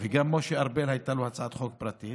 וגם למשה ארבל הייתה הצעת חוק פרטית.